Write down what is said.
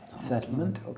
settlement